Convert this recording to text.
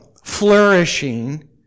flourishing